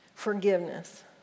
Forgiveness